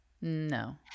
no